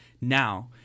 Now